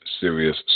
serious